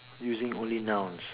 using only nouns